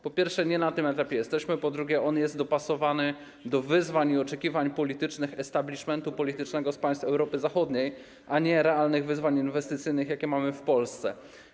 Po pierwsze, nie na tym etapie jesteśmy, po drugie, on jest dopasowany do wyzwań i oczekiwań politycznych establishmentu politycznego z państw Europy Zachodniej, a nie do realnych wyzwań inwestycyjnych, jakie mamy w Polsce.